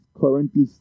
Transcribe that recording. currently